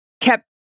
kept